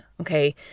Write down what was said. Okay